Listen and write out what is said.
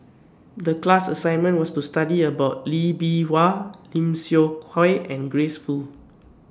The class assignment was to study about Lee Bee Wah Lim Seok Hui and Grace Fu